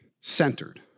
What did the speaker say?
centered